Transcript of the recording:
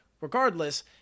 Regardless